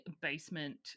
basement